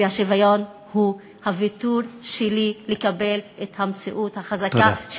והשוויון הוא הוויתור שלי לקבל את המציאות החזקה,